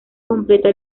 completa